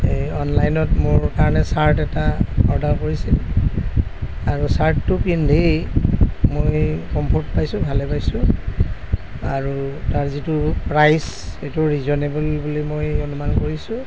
অনলাইনত মোৰ কাৰণে চাৰ্ট এটা অৰ্ডাৰ কৰিছিল আৰু চাৰ্টটো পিন্ধি মই কম্ফৰ্ট পাইছোঁ ভালে পাইছোঁ আৰু তাৰ যিটো প্ৰাইছ সেইটো ৰিজনেবল বুলি মই অনুমান কৰিছোঁ